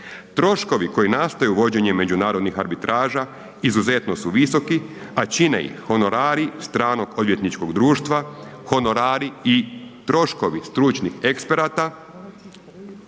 Troškovi koji nastaju vođenjem međunarodnih arbitraža izuzetno su visoki, a čine ih honorari stranog odvjetničkog društva, honorari i troškovi stručnih eksperata,